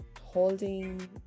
holding